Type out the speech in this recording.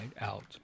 out